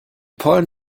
pollen